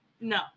No